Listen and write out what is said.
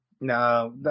No